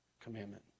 commandment